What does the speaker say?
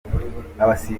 abasifuzi